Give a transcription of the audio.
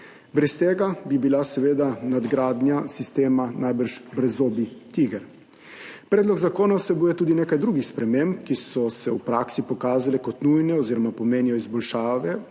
Brez tega bi bila seveda nadgradnja sistema najbrž brezzobi tiger. Predlog zakona vsebuje tudi nekaj drugih sprememb, ki so se v praksi pokazale kot nujne oziroma pomenijo izboljšave